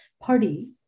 party